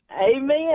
amen